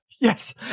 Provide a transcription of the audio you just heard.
yes